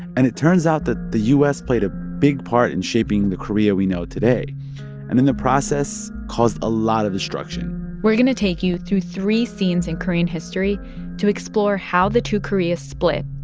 and it turns out that the u s. played a big part in shaping the korea we know today and, in the process, caused a lot of destruction we're going to take you through three scenes in korean history to explore how the two koreas split,